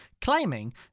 Claiming